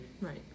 Right